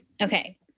Okay